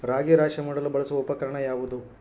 ರಾಗಿ ರಾಶಿ ಮಾಡಲು ಬಳಸುವ ಉಪಕರಣ ಯಾವುದು?